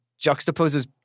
juxtaposes